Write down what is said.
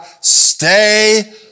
stay